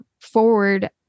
forward